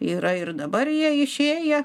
yra ir dabar jie išėję